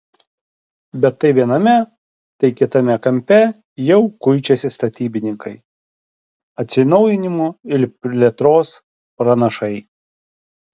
bet tai viename tai kitame kampe jau kuičiasi statybininkai atsinaujinimo ir plėtros pranašai